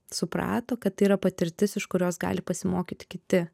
suprato kad tai yra patirtis iš kurios gali pasimokyti kiti